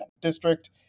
District